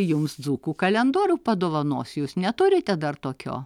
jums dzūkų kalendorių padovanosiu jūs neturite dar tokio